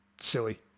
silly